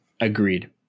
agreed